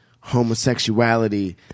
homosexuality